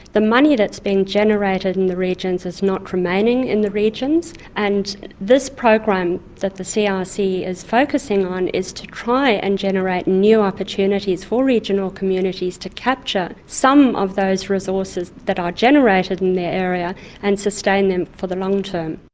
the money that's being generated in the regions is not remaining in the regions. and this program that the crc ah is focusing on is to try and generate new opportunities for regional communities to capture some of those resources that are generated in their area and sustain them for the long-term.